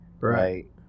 right